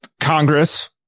Congress